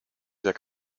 jak